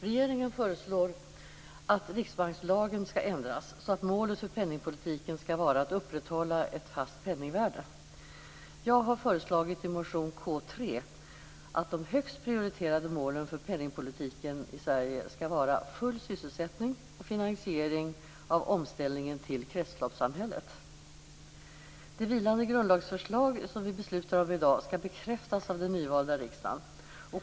Regeringen föreslår att riksbankslagen skall ändras så att målet för penningpolitiken skall vara att upprätthålla ett fast penningvärde. Jag har föreslagit i motion K3 att de högst prioriterade målen för penningpolitiken i Sverige skall vara full sysselsättning och finansiering av omställningen till kretsloppssamhället. Det vilande grundlagsförslag som vi beslutar om i dag skall bekräftas av den nyvalda riksdagen.